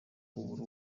kubura